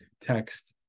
Text